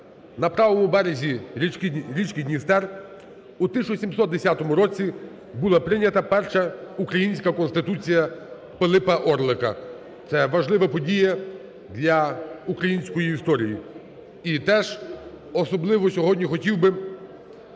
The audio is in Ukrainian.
на правому березі річки Дністер, у 1710 році була прийнята перша українська Конституція Пилипа Орлика. Це важлива подія для української історії. І теж особливо сьогодні хотів би